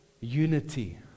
unity